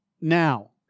now